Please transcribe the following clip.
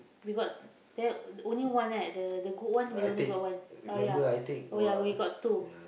we got there only one right the the good one we only got one oh ya oh ya we got two